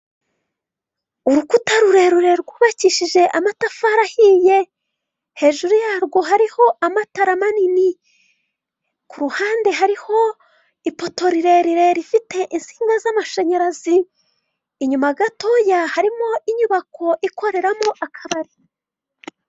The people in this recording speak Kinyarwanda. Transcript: Urukuta rurerure rwubakishije amatafari ahiye, hejuru yarwo hariho amatara manini, kuruhande hariho ipoto rirerire rifite insinga z'amashanyarazi. Inyuma gatoya harimo inyubako ikoreramo akabari.